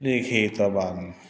लिखितवान्